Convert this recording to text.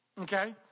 okay